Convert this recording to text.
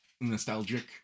nostalgic